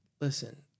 listen